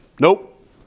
Nope